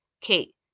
Kate